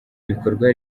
ibikorwa